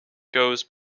goes